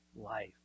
life